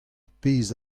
pezh